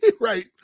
Right